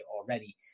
already